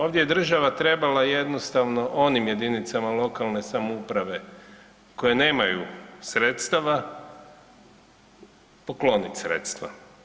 Ovdje je država trebala jednostavno onim jedinicama lokalne samouprave koje nemaju sredstava, poklonit sredstva.